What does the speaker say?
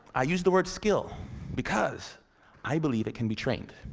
i use the word skill because i believe it can be trained.